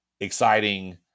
exciting